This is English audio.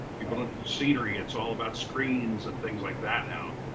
people don't do scenery. it's all about screens and things like that now.